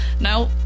No